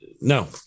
No